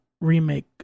Remake